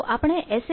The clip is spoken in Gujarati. તો આપણે એસ